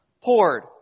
poured